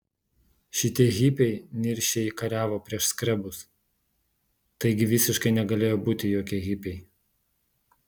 šitie hipiai niršiai kariavo prieš skrebus taigi visiškai negalėjo būti jokie hipiai